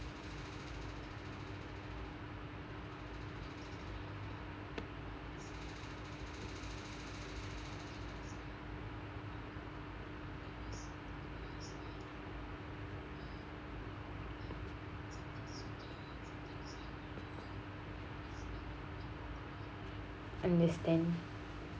understand